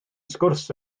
sgwrs